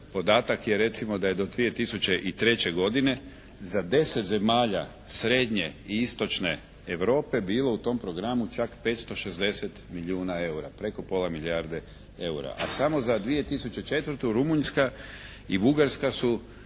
Podatak je recimo da je do 2003. godine za 10 zemalja srednje i istočne Europe bilo u tom programu čak 560 milijuna eura, preko pola milijarde eura. A samo za 2004. Rumunjska i Bugarska su